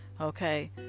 okay